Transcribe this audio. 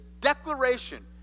declaration